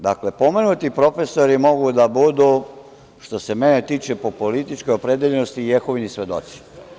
Dakle, pomenuti profesori mogu da budu, što se mene tiče, po političkoj opredeljenosti i Jehovini svedoci.